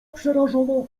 przerażona